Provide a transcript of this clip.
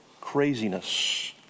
craziness